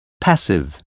passive